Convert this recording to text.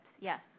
yes